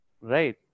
right